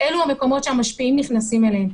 אלו המקומות שהמשפיעים נכנסים אליהם,